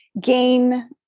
gain